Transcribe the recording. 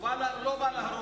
אתה איש, הוא לא בא להרוג.